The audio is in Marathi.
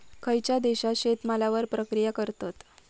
खयच्या देशात शेतमालावर प्रक्रिया करतत?